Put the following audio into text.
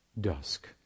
dusk